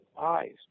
eyes